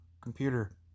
computer